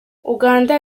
uganda